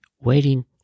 waiting